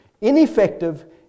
Ineffective